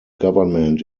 government